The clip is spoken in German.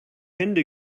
hände